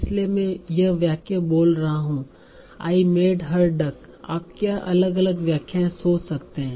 इसलिए मैं यह वाक्य बोल रहा हूं आई मेड हर डक आप क्या अलग अलग व्याख्याएं सोच सकते हैं